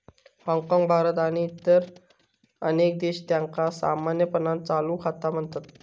हाँगकाँग, भारत आणि इतर अनेक देश, त्यांका सामान्यपणान चालू खाता म्हणतत